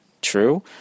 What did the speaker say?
true